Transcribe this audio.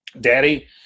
daddy